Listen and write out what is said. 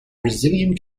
brazilian